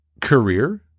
career